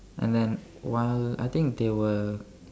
and then while I think they were